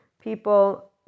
People